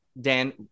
Dan